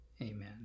amen